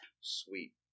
sweet